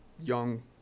young